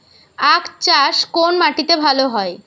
আখ চাষ কোন মাটিতে ভালো হয়?